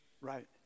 Right